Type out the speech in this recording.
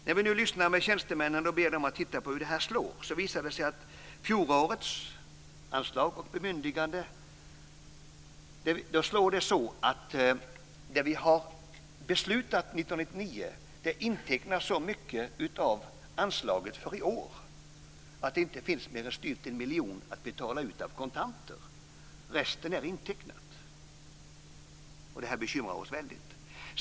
När vi nu lyssnar med tjänstemännen och ber dem titta på det här, slår det så att det vi har beslutat 1999 intecknar så mycket av anslaget för i år att det inte finns mer än styvt en miljon att betala ut i kontanter. Resten är intecknat. Det här bekymrar oss väldigt.